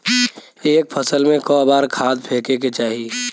एक फसल में क बार खाद फेके के चाही?